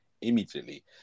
immediately